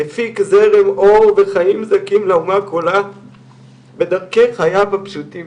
מפיק זרם אור וחיים זכים לאומה כולה בדרכי חייו הפשוטים.